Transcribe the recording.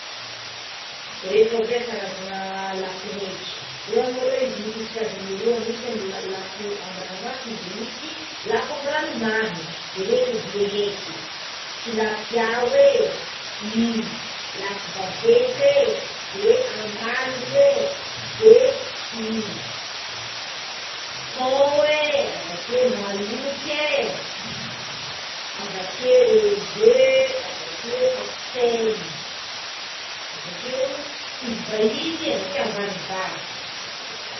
Reto aby é karazana lako eky voalohany maloha misy kazagny roa misy lako amigny ranomasina misy lako amigny ranomamy de reto be le heky tilapia, oé lako vaventy é de amalogne, é de i thon é, avakeo mahaloky, avakeo rouget, avakeo capitaine, avakeo trondro vahigny, avakeo ambany vava.